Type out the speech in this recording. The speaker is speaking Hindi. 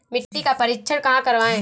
मिट्टी का परीक्षण कहाँ करवाएँ?